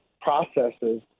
processes